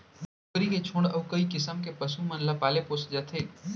कुकरी के छोड़े अउ कई किसम के पसु मन ल पाले पोसे जाथे